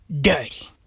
Dirty